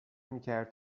میکرد